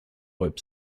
web